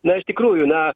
na iš tikrųjų na